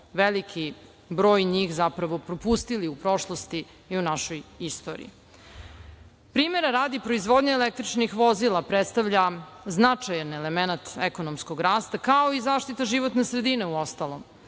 veliki broj njih zapravo propustili u prošlosti i u našoj istoriji. Primera radi, proizvodnja električnih vozila predstavlja značajan elemenat ekonomskog rasta, kao i zaštita životne sredine uostalom,